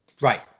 Right